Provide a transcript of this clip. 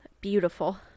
Beautiful